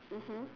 mmhmm